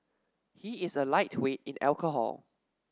he is a lightweight in alcohol